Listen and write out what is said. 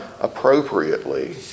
appropriately